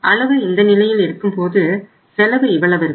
அளவு இந்த நிலையில் இருக்கும் போது செலவு இவ்வளவு இருக்கும்